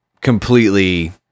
completely